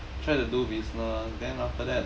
try to do business then after that